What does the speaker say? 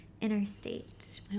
Interstate